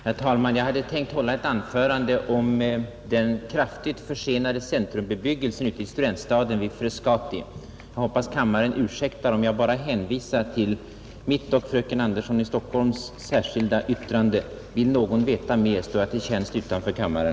Herr talman! Jag hade tänkt hålla ett anförande om den kraftigt försenade centrumbebyggelsen i studentstaden vid Frescati. Jag hoppas kammaren ursäktar om jag bara hänvisar till mitt och fröken Anderssons i Stockholm särskilda yttrande. Vill någon veta mera står jag till tjänst utanför kammaren.